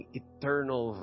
eternal